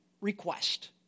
request